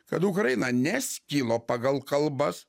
kad ukraina neskilo pagal kalbas